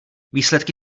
výsledky